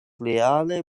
reale